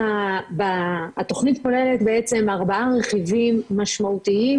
התכנית כוללת בעצם ארבעה רכיבים משמעותיים,